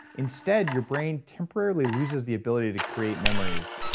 instead your brain temporarily loses the ability to create memories.